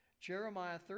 Jeremiah